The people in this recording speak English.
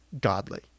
godly